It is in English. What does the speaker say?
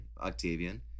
Octavian